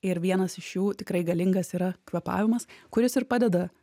ir vienas iš jų tikrai galingas yra kvėpavimas kuris ir padeda